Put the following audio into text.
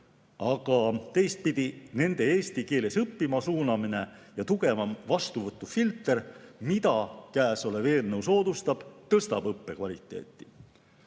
Aga teistpidi, nende eestikeelsesse õppesse suunamine ja tihedam vastuvõtufilter, mida käesolev eelnõu soodustab, tõstaksid õppe kvaliteeti.